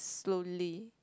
slowly